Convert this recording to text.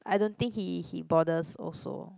I don't think he he bothers also